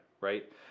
right